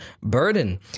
burden